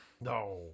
No